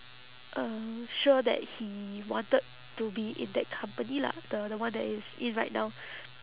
uh sure that he wanted to be in that company lah the the one that he is in right now